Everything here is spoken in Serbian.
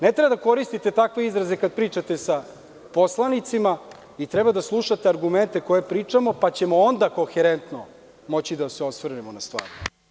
Ne treba da koristite takve izraze kada pričate sa poslanicima i treba da slušate argumente koje pričamo, pa ćemo onda koherentno moći da se osvrnemo na stvarno.